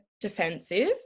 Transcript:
defensive